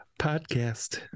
podcast